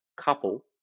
couple